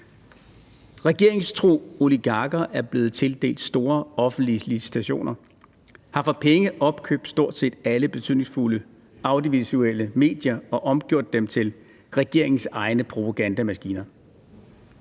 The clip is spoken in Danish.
Regeringstro oligarker er blevet tildelt store offentlige licitationer og har for penge opkøbt stort set alle betydningsfulde audiovisuelle medier og omgjort dem til regeringens egne propagandamaskiner.